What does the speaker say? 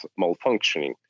malfunctioning